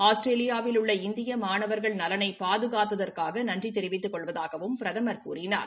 ஆஸ்திரேலியாவில் உள்ள இந்திய மாணவர்கள் நலனை பாதுகாத்ததற்காக நன்றி தெரிவித்துக் கொள்வதாகவும் பிரதமர் கூறினார்